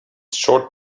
short